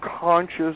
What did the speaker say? conscious